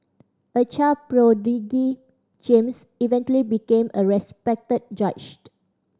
a child prodigy James eventually became a respected judge